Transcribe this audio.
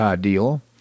deal